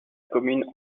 commune